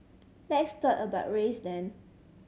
let's talk about race then